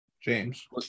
James